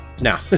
now